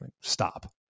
Stop